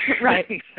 Right